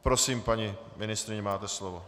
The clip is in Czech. Prosím, paní ministryně, máte slovo.